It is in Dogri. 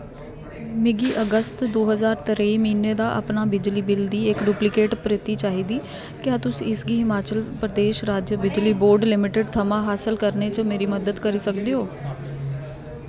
मिगी अगस्त दो ज्हार त्रेई म्हीने दा अपना बिजली बिल दी इक डुप्लीकेट प्रति चाहिदी क्या तुस इसगी हिमाचल प्रदेश राज्य बिजली बोर्ड लिमिटेड थमां हासल करने च मेरी मदद करी सकदे ओ